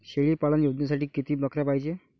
शेळी पालन योजनेसाठी किती बकऱ्या पायजे?